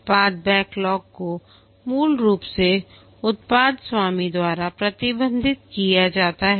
उत्पाद बैकलॉग को मूल रूप से उत्पाद स्वामी द्वारा प्रबंधित किया जाता है